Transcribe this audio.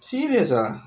serious ah